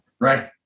Right